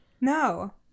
no